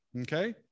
Okay